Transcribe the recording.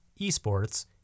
esports